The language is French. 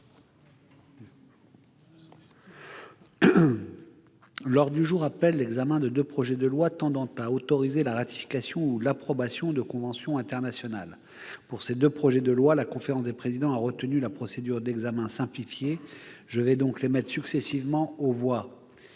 L'ordre du jour appelle l'examen de deux projets de loi tendant à autoriser la ratification ou l'approbation de conventions internationales. Pour ces deux projets de loi, la conférence des présidents a retenu la procédure d'examen simplifié. Je vais donc les mettre successivement aux voix.